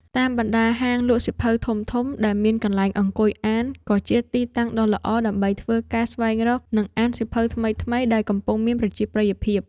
តាមបណ្ដាហាងលក់សៀវភៅធំៗដែលមានកន្លែងអង្គុយអាន ក៏ជាទីតាំងដ៏ល្អដើម្បីធ្វើការស្វែងរក និងអានសៀវភៅថ្មីៗដែលកំពុងមានប្រជាប្រិយភាព។